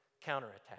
counterattack